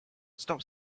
stop